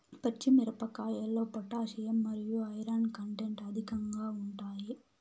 పచ్చి మిరపకాయల్లో పొటాషియం మరియు ఐరన్ కంటెంట్ అధికంగా ఉంటాయి